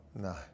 No